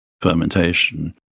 fermentation